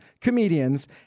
comedians